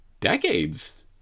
decades